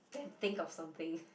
then think of something